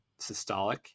systolic